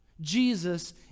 Jesus